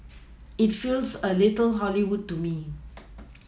it feels a little Hollywood to me